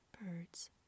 birds